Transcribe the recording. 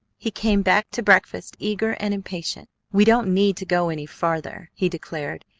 he came back to breakfast eager and impatient. we don't need to go any farther, he declared.